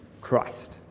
Christ